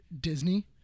Disney